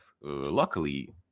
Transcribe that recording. luckily